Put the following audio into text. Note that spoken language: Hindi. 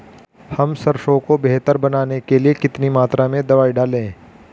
हम सरसों को बेहतर बनाने के लिए कितनी मात्रा में दवाई डालें?